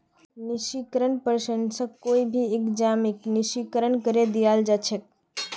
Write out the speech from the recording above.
निष्क्रिय प्रसंस्करणत कोई भी एंजाइमक निष्क्रिय करे दियाल जा छेक